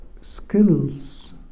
skills